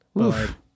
Oof